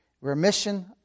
Remission